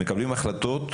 מקבלים החלטות